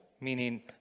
meaning